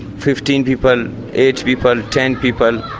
fifteen people, eight people, ten people,